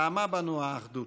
פיעמה בנו האחדות.